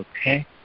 okay